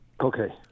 Okay